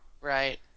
right